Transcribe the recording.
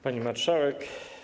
Pani Marszałek!